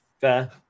fair